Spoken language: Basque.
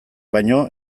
baino